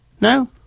No